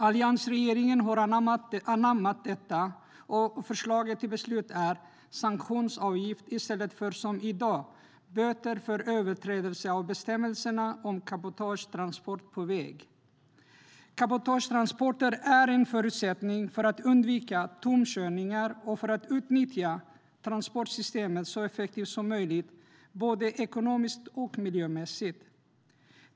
Alliansregeringen hade anammat detta, och förslaget till beslut är sanktionsavgift i stället för som i dag böter för överträdelse av bestämmelserna om cabotagetransport på väg. Cabotagetransporter är en förutsättning för att undvika tomkörningar och för att utnyttja transportsystemet så effektivt som möjligt både ekonomiskt och miljömässigt.